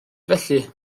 felly